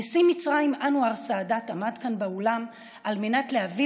נשיא מצרים אנואר סאדאת עמד כאן באולם על מנת להביא